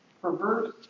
perverse